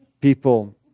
People